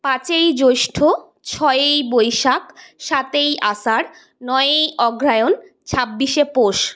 পাঁচই জৈষ্ঠ্য ছয়েই বৈশাখ সাতই আষাঢ় নয়ই অঘ্রায়ণ ছাব্বিশে পৌষ